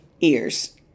ears